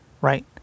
right